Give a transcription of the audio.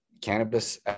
cannabis